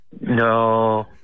No